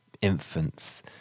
infants